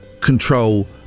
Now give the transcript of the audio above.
control